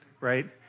right